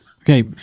Okay